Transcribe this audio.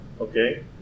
Okay